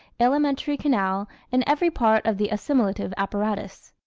alimentary canal and every part of the assimilative apparatus.